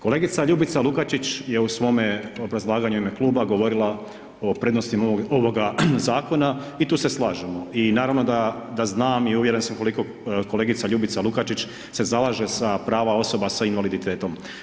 Kolegica Ljubica Lukačić je u svome obrazlaganju u ime kluba govorila o prednostima ovoga zakona i tu se slažemo i naravno da znam i uvjeren sam koliko kolegica Ljubica Lukačić se zalaže za prava osoba sa invaliditetom.